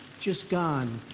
just gone.